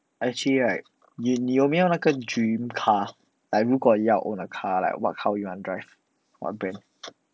actually right 你你有没有那个 dream car like 如果你要 own a car right what car you want to drive what brand